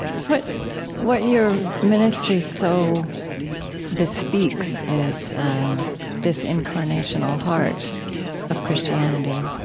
what what your ministry so bespeaks is this incarnational heart of christianity,